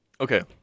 Okay